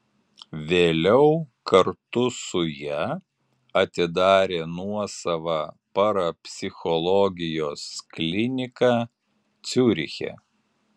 vėliau kartu su ja atidarė nuosavą parapsichologijos kliniką ciuriche